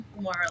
More